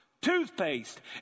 Toothpaste